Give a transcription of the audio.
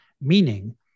meaning